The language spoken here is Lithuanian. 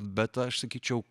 bet aš sakyčiau